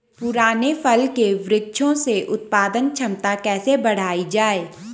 पुराने फल के वृक्षों से उत्पादन क्षमता कैसे बढ़ायी जाए?